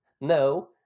No